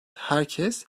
herkes